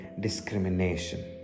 discrimination